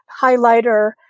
highlighter